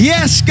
Yes